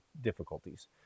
difficulties